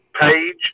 page